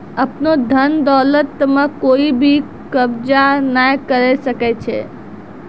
आपनो धन दौलत म कोइ भी कब्ज़ा नाय करै सकै छै